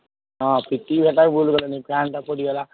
ହଁ ଫିଟିଙ୍ଗ ଭୁଲ କଲେନି ଫ୍ୟାନ୍ଟା ପୋଡ଼ିଗଲା